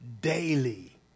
daily